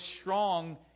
strong